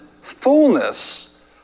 fullness